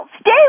stay